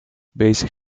bezig